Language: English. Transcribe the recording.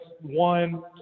one